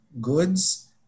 goods